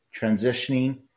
transitioning –